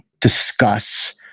discuss